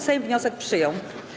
Sejm wniosek przyjął.